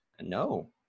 No